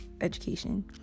education